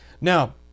Now